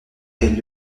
est